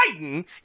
Biden